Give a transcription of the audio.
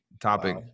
topic